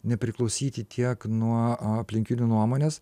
nepriklausyti tiek nuo aplinkinių nuomonės